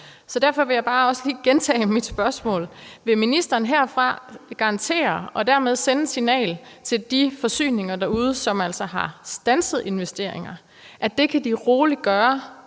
Så derfor vil jeg også bare gentage mit spørgsmål: Vil ministeren herfra garantere og dermed gerne sende et signal til de forsyninger derude, som altså har standset deres investeringer, at dem kan de roligt sætte